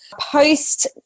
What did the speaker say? Post